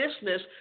business